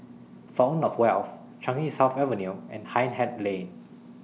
Fountain of Wealth Changi South Avenue and Hindhede Lane